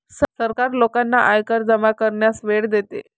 सरकार लोकांना आयकर जमा करण्यास वेळ देते